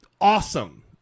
awesome